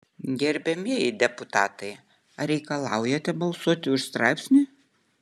gerbiamieji deputatai ar reikalaujate balsuoti už straipsnį